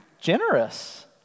generous